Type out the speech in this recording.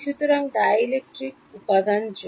সুতরাং ডাইলেট্রিক উপাদান জন্য